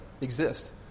exist